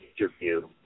interview